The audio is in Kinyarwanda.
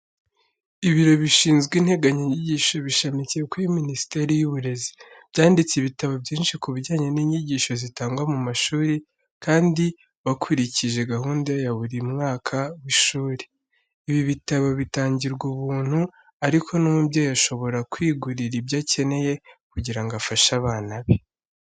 Ibiro bishinzwe integanyanyigisho bishamikiye kuri Minisiteri y'Uburezi, byanditse ibitabo byinshi ku bijyanye n'inyigisho zitangwa mu mashuri, kandi bakurikije gahunda ya buri mwaka w'ishuri. Ibi bitabo bitangirwa ubuntu, ariko n'umubyeyi ashobora kwigurira ibyo akeneye kugira ngo afashe abana be.